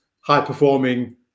high-performing